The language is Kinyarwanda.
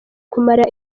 kumara